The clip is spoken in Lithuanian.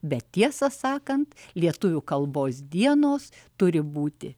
bet tiesą sakant lietuvių kalbos dienos turi būti